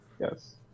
Yes